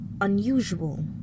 unusual